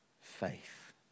faith